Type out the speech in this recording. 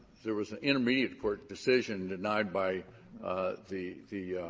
there was an intermediate court decision denied by the the